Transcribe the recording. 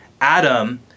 Adam